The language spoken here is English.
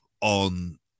on